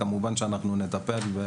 כמובן שנטפל.